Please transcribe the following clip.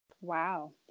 wow